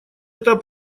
это